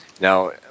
Now